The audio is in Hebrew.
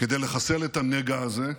כדי לחסל את הנגע הזה.